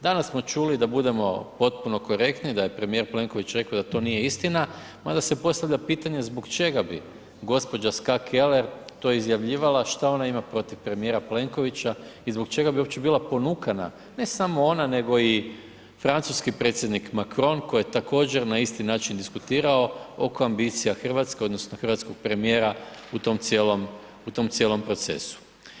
Danas smo čuli da budemo potpuno korektni, da je premijer Plenković rekao da to nije istina mada se postavlja pitanje zbog čega bi gđa. Ska Keller to izjavljivala, šta ona ima protiv premijera Plenkovića i zbog čega bi uopće bila ponukana ne samo ona nego i francuski predsjednik Macron koji je također na isti način diskutirao oko ambicija Hrvatske odnosno hrvatskog premijera u tom cijelom procesu.